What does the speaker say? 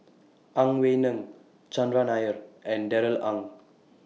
Ang Wei Neng Chandran Nair and Darrell Ang